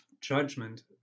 judgment